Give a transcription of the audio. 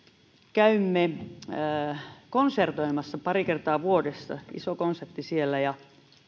käymme siellä konsertoimassa pari kertaa vuodessa iso konsertti on siellä ja